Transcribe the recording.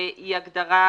היא הגדרה,